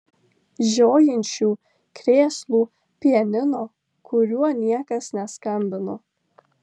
žiojinčių krėslų pianino kuriuo niekas neskambino